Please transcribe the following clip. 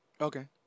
Okay